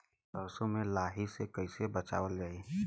सरसो में लाही से कईसे बचावल जाई?